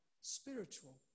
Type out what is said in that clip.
spiritual